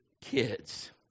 kids